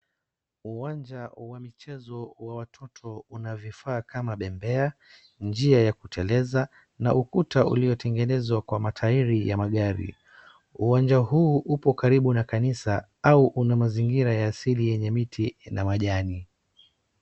Uwanja wa michezo wa watoto una vifaa kama bembea, njia ya kuteleza na ukuta uliotengenezwa kwa matairi ya magari. Uwanja huu hupo karibu na kanisa au una mazingira ya siri yenye miti na majani.